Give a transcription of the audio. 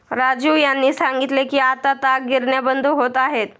राजीव यांनी सांगितले की आता ताग गिरण्या बंद होत आहेत